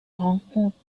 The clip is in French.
rencontre